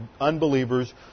unbelievers